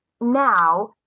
now